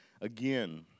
Again